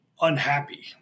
unhappy